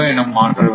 என மாற்ற வேண்டும்